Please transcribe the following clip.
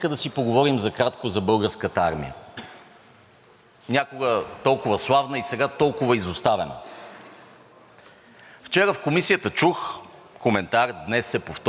Вчера в Комисията чух коментар, днес се повтори, че било цинизъм да се говори за модернизация на армията ведно с предоставяне на военна помощ за Украйна.